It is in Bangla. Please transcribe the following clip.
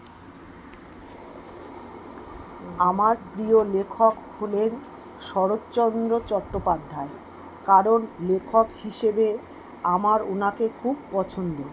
আমার প্রিয় লেখক হলেন শরৎচন্দ্র চট্টোপাধ্যায় কারণ লেখক হিসেবে আমার ওঁকে খুব পছন্দ